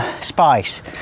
Spice